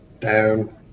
down